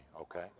okay